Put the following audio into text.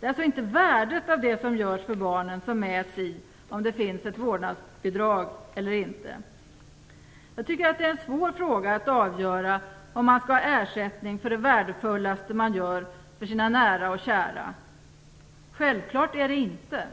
Det är alltså inte värdet av det som görs för barnen som mäts i om det finns ett vårdnadsbidrag eller inte. Jag tycker att det är en svår fråga att avgöra om man skall ha ersättning för det värdefullaste man gör för sina nära och kära. Det är inte självklart.